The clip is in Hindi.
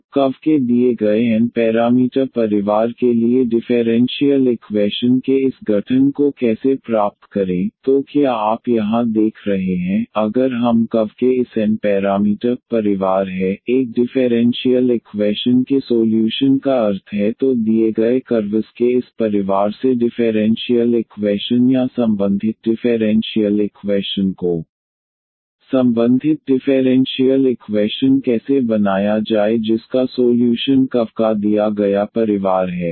तो कर्व के दिए गए एन पैरामीटर परिवार के लिए डिफेरेंशीयल इक्वैशन के इस गठन को कैसे प्राप्त करें तो क्या आप यहाँ देख रहे हैं अगर हम कर्व के इस एन पैरामीटर परिवार है एक डिफेरेंशीयल इक्वैशन के सोल्यूशन का अर्थ है तो दिए गए कर्वस के इस परिवार से डिफेरेंशीयल इक्वैशन या संबंधित डिफेरेंशीयल इक्वैशन को संबंधित डिफेरेंशीयल इक्वैशन कैसे बनाया जाए जिसका सोल्यूशन कर्वस का दिया गया परिवार है